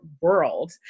world